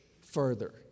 further